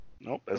Nope